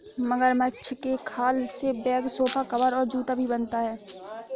मगरमच्छ के खाल से बैग सोफा कवर और जूता भी बनता है